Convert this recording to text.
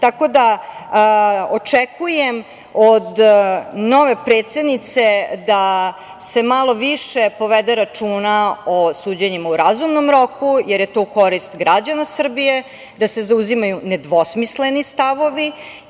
da, očekujem od nove predsednice da se malo više povede računa o suđenjima u razumnom roku, jer je to u korist građana Srbije, da se zauzimaju nedvosmisleni stavovi